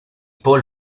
paul